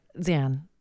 Dan